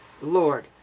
Lord